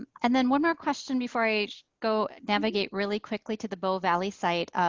um and then one more question before i go navigate really quickly to the bow valley site.